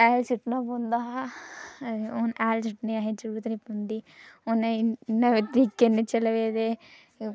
हैल सु'ट्टना पौंदा हा हून हैल सु'ट्टने दी असेंगी जरुरत नेईं पौंदी हून इ'यां बी केईं तरीके न चले दे